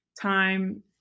time